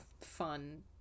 fun